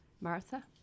Martha